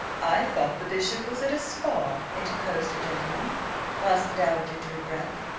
i thought the bishop was at spa, interposed a gentleman, whilst the dowager drew breath.